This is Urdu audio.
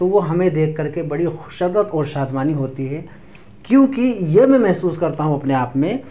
تو وہ ہمیں دیکھ کر کے بڑی خشرت اور شادمانی ہوتی ہے کیوںکہ یہ میں محسوس کرتا ہوں اپنے آپ میں